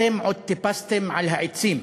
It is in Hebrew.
אתם עוד טיפסתם על העצים.